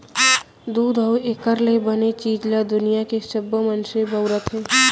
दूद अउ एकर ले बने चीज ल दुनियां के सबो मनसे बउरत हें